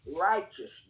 righteousness